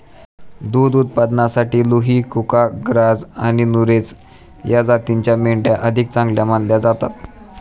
दुध उत्पादनासाठी लुही, कुका, ग्राझ आणि नुरेझ या जातींच्या मेंढ्या अधिक चांगल्या मानल्या जातात